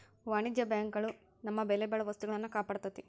ವಾಣಿಜ್ಯ ಬ್ಯಾಂಕ್ ಗಳು ನಮ್ಮ ಬೆಲೆಬಾಳೊ ವಸ್ತುಗಳ್ನ ಕಾಪಾಡ್ತೆತಿ